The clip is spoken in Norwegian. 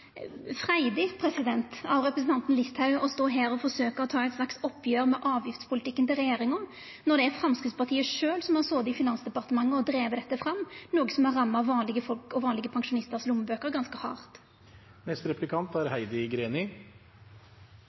freidig av representanten Listhaug å stå her og forsøkje å ta eit slags oppgjer med avgiftspolitikken til regjeringa når det er Framstegspartiet sjølv som har sete i Finansdepartementet og drive dette fram, noko som har ramma vanlege folk og vanlege pensjonistar sine lommebøker ganske hardt. Større ulikhet er